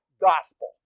gospel